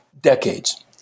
decades